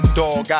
dog